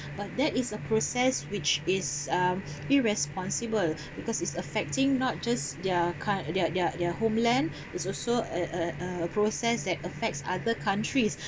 but that is a process which is uh irresponsible because it's affecting not just their coun~ their their their homeland it's also a a a process that affects other countries